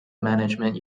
management